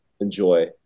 enjoy